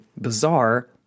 bizarre